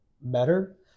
better